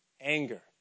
anger